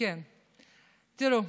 תראו,